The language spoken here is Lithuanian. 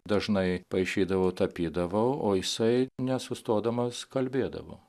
dažnai paišydavau tapydavau o jisai nesustodamas kalbėdavo